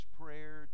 prayer